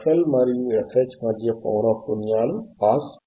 fL మరియుfH మధ్యలో పౌనఃపున్యాలు పాస్ కావు